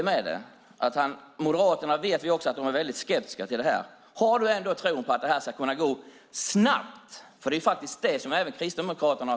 Moderaterna är skeptiska till detta. Tror Caroline Szyber ändå att detta ska kunna gå snabbt? Det vill ju också Kristdemokraterna.